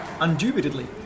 undoubtedly